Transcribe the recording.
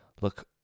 look